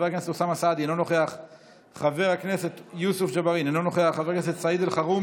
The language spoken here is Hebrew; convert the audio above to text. חבר הכנסת אנטאנס שחאדה,